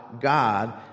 god